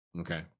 Okay